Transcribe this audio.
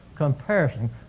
comparison